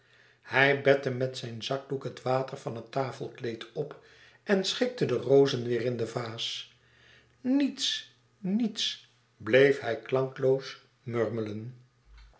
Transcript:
hij bette met zijn zakdoek het water van het tafelkleed op en schikte de rozen weêr in de vaas niets niets bleef hij